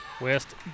West